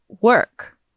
work